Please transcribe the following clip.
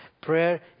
Prayer